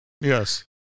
yes